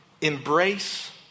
Embrace